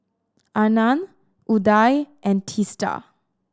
Anand Udai and Teesta